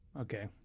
Okay